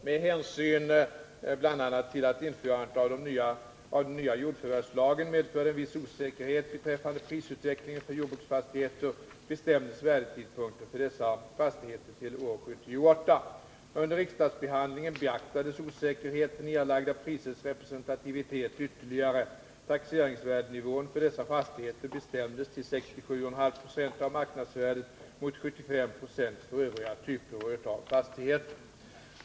Med hänsyn bl.a. till att införandet av den nya jordförvärvslagen medförde en viss osäkerhet beträffande prisutvecklingen för jordbruksfastigheter, bestämdes värdetidpunkten för dessa fastigheter till år 1978. Under riksdagsbehandlingen beaktades osäkerheten i erlagda prisers representativitet ytterligare. Taxeringsvärdenivån för dessa fastigheter bestämdes till 67,5 26 av marknadsvärdet mot 75 Zo för övriga typer av fastigheter.